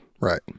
Right